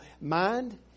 mind